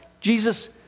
Jesus